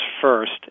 first